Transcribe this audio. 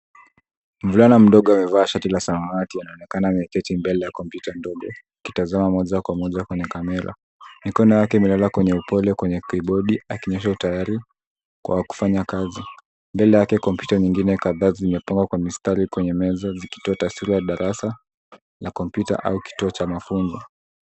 Mvulana mdogo amevaa shati la samawati anaonekana ameketi mbele ya kompyuta ndogo akitazama moja kwa moja kwenye kamera. Mikono yake imelala kwenye upole kwenye kibodi akiwa tayari kwa kufanya kazi. Mbele yake kompyuta nyingine kadhaa zimepangwa kwa mistari kwenye meza zikitoa taswira ya darasa la kompyuta au kituo cha mafunzo.